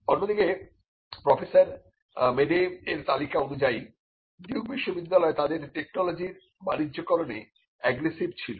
অন্যদিকে professor Madey এর তালিকা অনুযায়ী ডিউক বিশ্ববিদ্যালয় তাদের টেকনোলজির বাণিজ্যিকরণে এগ্রেসিভ ছিল